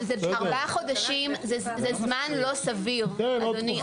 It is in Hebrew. אבל ארבעה חודשים זה זמן לא סביר, אדוני.